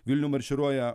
vilnių marširuoja